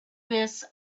this